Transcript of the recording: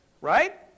Right